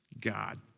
God